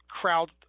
crowd